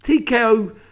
TKO